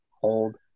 hold